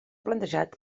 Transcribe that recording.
plantejat